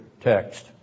text